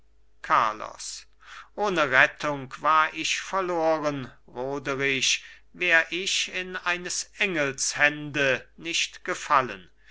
carlos ohne rettung war ich verloren roderich wär ich in eines engels hände nicht gefallen